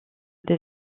des